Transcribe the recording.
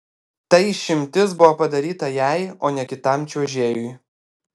ta išimtis buvo padaryta jai o ne kitam čiuožėjui